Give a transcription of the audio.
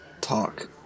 talk